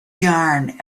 yarn